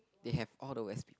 they have all the West people